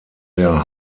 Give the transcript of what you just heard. der